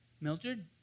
Mildred